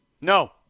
No